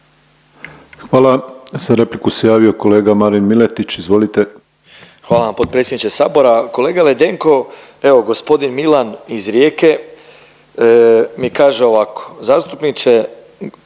Hvala. Za repliku se javio kolega Marin Miletić. Izvolite. **Miletić, Marin (MOST)** Hvala vam potpredsjedniče sabora. Kolega Ledenko, evo gospodin Milan iz Rijeke mi kaže ovako, zastupniče,